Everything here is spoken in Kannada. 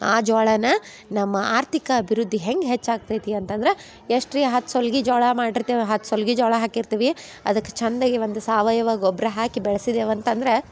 ಆ ಜ್ವಾಳನ ನಮ್ಮ ಆರ್ಥಿಕ ಅಭಿವೃದ್ಧಿ ಹೆಂಗೆ ಹೆಚ್ಚಾಗ್ತೈತಿ ಅಂತಂದ್ರೆ ಎಷ್ಟು ರೀ ಹತ್ತು ಸೊಲ್ಗಿ ಜ್ವಾಳ ಮಾಡಿರ್ತೇವೆ ಹತ್ತು ಸೊಲ್ಗಿ ಜ್ವಾಳ ಹಾಕಿರ್ತೀವಿ ಅದಕ್ಕೆ ಚಂದಾಗಿ ಒಂದು ಸಾವಯವ ಗೊಬ್ಬರ ಹಾಕಿ ಬೆಳೆಸಿದ್ದೇವೆ ಅಂತಂದ್ರೆ